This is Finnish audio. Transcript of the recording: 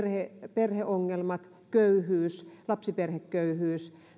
perheongelmat köyhyys lapsiperheköyhyys